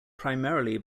primarily